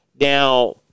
Now